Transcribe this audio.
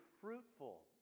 fruitful